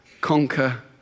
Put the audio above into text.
conquer